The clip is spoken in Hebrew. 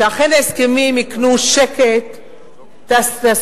שאכן ההסכמים הקנו שקט תעסוקתי,